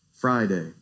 Friday